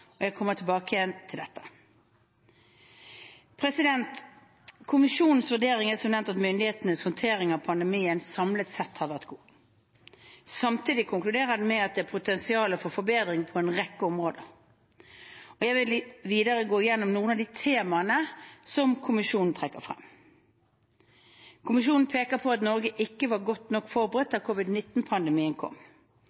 Jeg kommer tilbake til dette. Kommisjonens vurdering er som nevnt at myndighetenes håndtering av pandemien samlet sett har vært god. Samtidig konkluderer den med at det er potensial for forbedring på en rekke områder. Jeg vil videre gå gjennom noen av de temaene kommisjonen trekker frem. Kommisjonen peker på at Norge ikke var godt nok forberedt